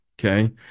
okay